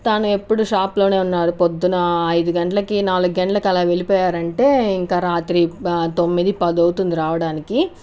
తాను ఎప్పుడు షాప్లో ఉన్నారు పొద్దున ఐదు గంటలకి నాలుగు గంటలకి అలా వెళ్ళిపోయారంటే ఇంక రాత్రికి తొమ్మిది పది అవుతుంది రావడానికి